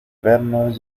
vernos